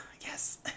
yes